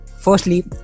Firstly